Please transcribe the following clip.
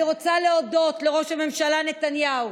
אני רוצה להודות לראש הממשלה נתניהו